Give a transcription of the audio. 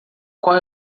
qual